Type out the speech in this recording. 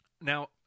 Now